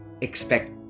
expect